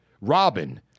Robin